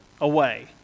away